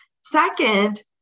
second